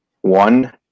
One